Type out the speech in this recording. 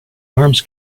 arms